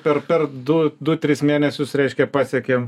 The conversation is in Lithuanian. per per du du tris mėnesius reiškia pasiekiam